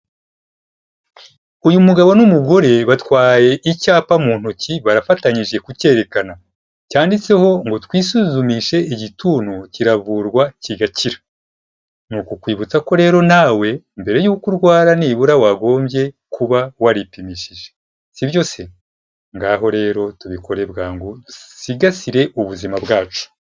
Uyu mugabo n'umugore batwaye icyapa mu ntoki, barafatanyije kucyeyerekana, cyanditseho ngo twisuzumishe igituntu kiravurwa kigakira, ni ukukwibutsa ko rero nawe mbere y'uko urwara nibura wagombye kuba waripimishije sibyo se? ngaho rero tubikore bwangu dusigasire ubuzima bwacu.